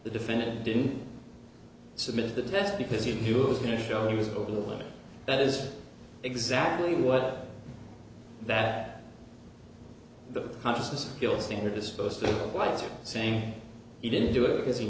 the defendant didn't submit the test because he knew it was going to show he was over the limit that is exactly what that the consciousness of guilt standard disposed of why is he saying he didn't do it because he